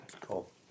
Cool